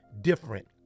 different